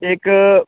एक